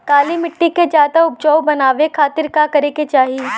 काली माटी के ज्यादा उपजाऊ बनावे खातिर का करे के चाही?